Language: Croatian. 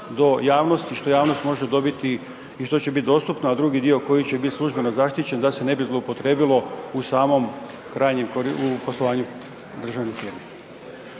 do javnosti, što javnost može dobiti i što će biti dostupno a drugi dio koji će biti službeno zaštićen da se ne bi zloupotrijebilo u samom krajnjem, u poslovanju državnih firmi.